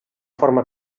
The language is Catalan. forma